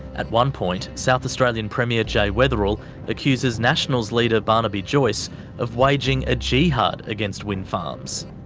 at one point, south australian premier jay weatherill accuses nationals leader barnaby joyce of waging a jihad against wind farms.